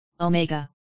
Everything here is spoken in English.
Omega